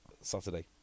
Saturday